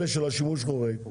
אלה של השימוש החורג,